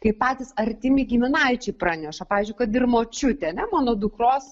kai patys artimi giminaičiai praneša pavyzdžiui kad ir močiutė ar ne mano dukros